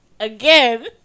Again